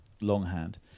longhand